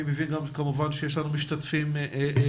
אני מבין כמובן שיש לנו משתתפים בזום.